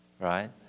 Right